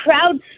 crowds